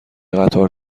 قطار